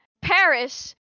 Paris